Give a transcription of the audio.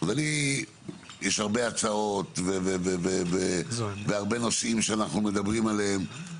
אז יש הרבה הצעות והרבה נושאים שאנחנו מדברים עליהם,